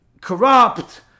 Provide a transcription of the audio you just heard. corrupt